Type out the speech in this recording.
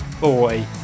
boy